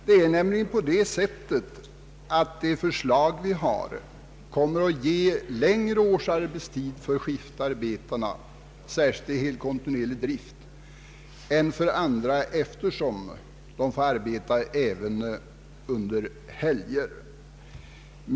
Det förslag vi har kommer nämligen att ge längre årsarbetstid för skiftarbetarna — särskilt vid kontinuerlig drift — än för andra, eftersom skiftarbetarna får arbeta även under helger.